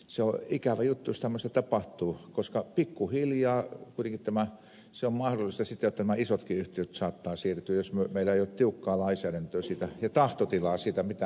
se on ikävä juttu jos tämmöistä tapahtuu koska pikkuhiljaa kuitenkin on mahdollista että sitten tämmöiset isotkin yhtiöt saattavat siirtyä jos meillä ei ole tiukkaa lainsäädäntöä siitä ja tahtotilaa mitä me teemme